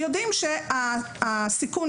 הנתונים שציטטת,